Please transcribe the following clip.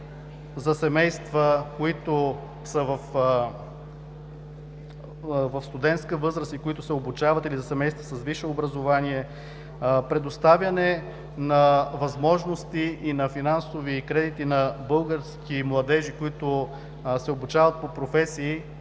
за семейства в студентска възраст, които се обучават, или за семейства с висше образование; предоставяне на възможности и на финансови кредити на български младежи, които се обучават по професии